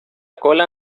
cola